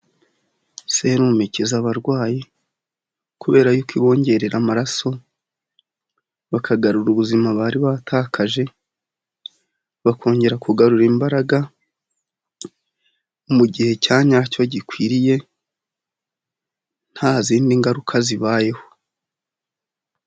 Serume ikiza abarwayi, kubera yuko ibongerera amaraso bakagarura ubuzima bari baratakaje, bakongera kugarura imbaraga mu gihe nyacyo gikwiriye, nta zindi ngaruka zibayeho.